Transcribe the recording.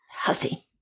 hussy